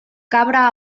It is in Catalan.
cabra